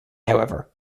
however